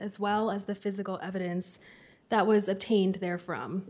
as well as the physical evidence that was obtained there from